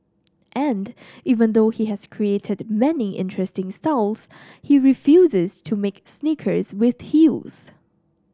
and even though he has created many interesting styles he refuses to make sneakers with heels